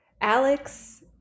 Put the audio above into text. Alex